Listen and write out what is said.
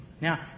Now